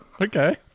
Okay